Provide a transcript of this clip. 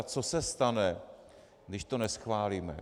Co se stane, když to neschválíme?